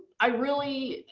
i really,